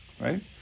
Right